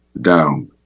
down